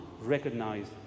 recognized